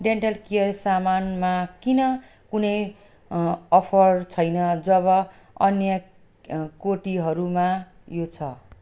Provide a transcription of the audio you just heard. dental care सामानमा किन कुनै अफर छैन जब अन्य कोटीहरूमा यो छ